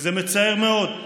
וזה מצער מאוד,